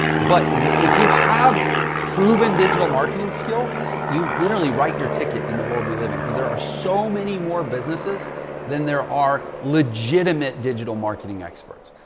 but if you have proven digital marketing skills, you literally write your ticket in the world we live in because there are so many more businesses than there are legitimate digital marketing experts.